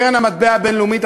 קרן המטבע הבין-לאומית,